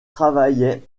travaillait